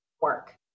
work